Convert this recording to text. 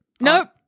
Nope